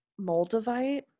Moldavite